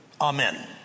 amen